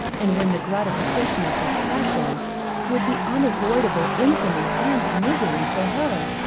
and when the gratification of his passion would be unavoidable infamy and misery to her,